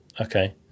okay